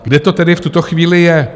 Kde to tedy v tuto chvíli je?